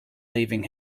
leaving